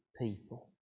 people